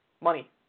Money